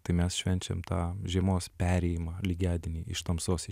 tai mes švenčiam tą žiemos perėjimą lygiadienį iš tamsos į